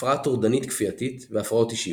הפרעה טורדנית-כפייתית והפרעות אישיות.